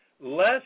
less